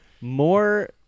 More